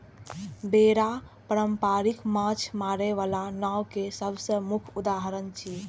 बेड़ा पारंपरिक माछ मारै बला नाव के सबसं मुख्य उदाहरण छियै